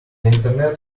internet